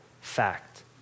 fact